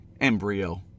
embryo